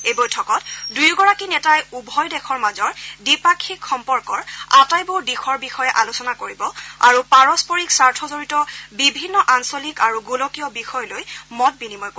এই বৈঠকত দুয়োগৰাকী নেতাই উভয় দেশৰ মাজৰ দ্বিপাক্ষিক সম্পৰ্কৰ আটাইবোৰ দিশৰ বিষয়ে আলোচনা কৰিব আৰু পাৰস্পৰিক স্বাৰ্থজড়িত বিভিন্ন আঞ্চলিক আৰু গোলকীয় বিষয় লৈ মত বিনিময় কৰিব